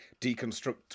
deconstruct